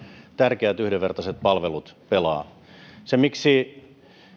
tärkeät yhdenvertaiset palvelut pelaavat se miksi